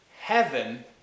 heaven